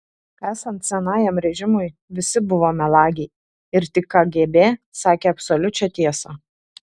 esant senajam režimui visi buvo melagiai ir tik kgb sakė absoliučią tiesą